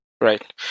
Right